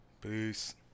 Peace